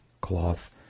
cloth